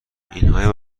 اینها